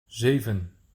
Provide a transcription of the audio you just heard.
zeven